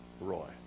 Roy